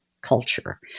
culture